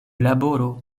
laboro